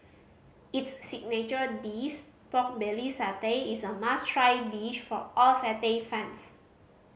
its signature dish pork belly satay is a must try dish for all satay fans